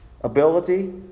ability